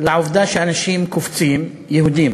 לעובדה שאנשים קופצים, יהודים,